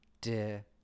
dear